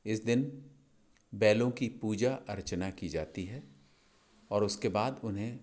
इस दिन बैलों की पूजा अर्चना की जाती है और उसके बाद उन्हें